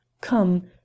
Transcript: Come